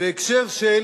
בהקשר של